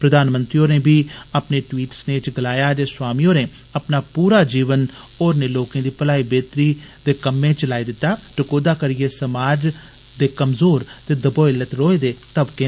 प्रधानमंत्री मोदी होरें बी अपने ट्वीट स्नेह च गलाया जे स्वामी होरें अपना पूरा जीवन होरनें लोकें दी भलाई बेहतरी ते कम्में च लाई दिता टकोहदा करियै समाज ते कमज़ोर ते दबोए लतड़ोए दे तबके लेई